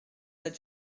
sept